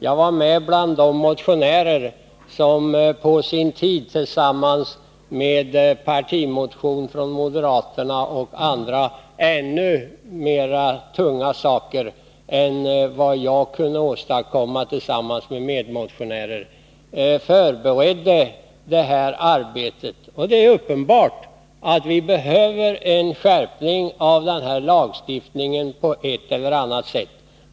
Jag var med och förberedde arbetet, tillsammans med dem som väckte en partimotion från moderaterna och som förde fram tyngre saker än vad jag och mina medmotionärer kunde åstadkomma. Det är uppenbart att det erfordras en skärpning av lagstiftningen på ett eller annat sätt.